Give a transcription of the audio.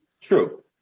True